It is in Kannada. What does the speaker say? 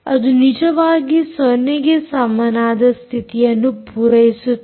ಅದು ನಿಜವಾಗಿ 0 ಗೆ ಸಮನಾದ ಸ್ಥಿತಿಯನ್ನು ಪೂರೈಸುತ್ತದೆ